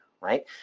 right